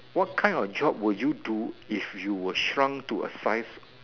what kind of job would you do if you were shrunk to a size